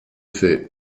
fait